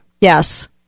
Yes